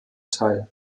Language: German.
teil